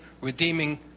redeeming